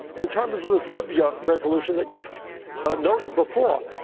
in terms of this libya resolution that you have noted before,